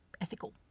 ethical